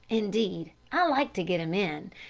indeed, i like to get them in,